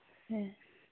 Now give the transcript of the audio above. हाँ